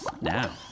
Now